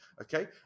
okay